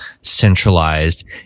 centralized